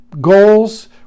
goals